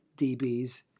DBs